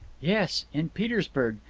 yes, in petersburg.